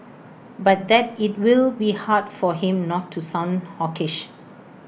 but that IT will be hard for him not to sound hawkish